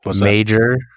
Major